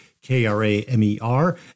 K-R-A-M-E-R